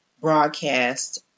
broadcast